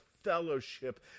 fellowship